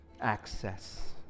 access